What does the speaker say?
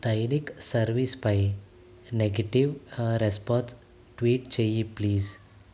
డైనిక్ సర్వీస్పై negative response tweet చెయ్యి please